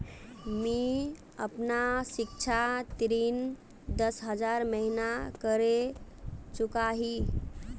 मी अपना सिक्षा ऋण दस हज़ार महिना करे चुकाही